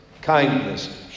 kindness